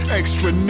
extra